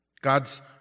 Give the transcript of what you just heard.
God's